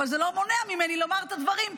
אבל זה לא מונע ממני לומר את הדברים נכוחה,